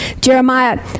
jeremiah